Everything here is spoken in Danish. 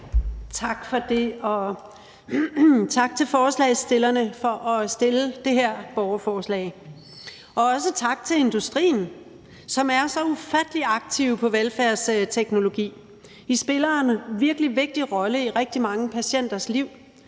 Tak for det, og tak til forslagsstillerne for at fremsætte det her borgerforslag. Jeg vil også sige tak til industrien, som er så ufattelig aktiv med hensyn til velfærdsteknologi. De spiller en virkelig vigtig rolle i rigtig mange patienters liv,